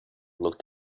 looked